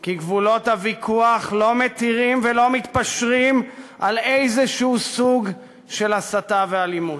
כי גבולות הוויכוח לא מתירים ולא מתפשרים על איזה סוג של הסתה ואלימות.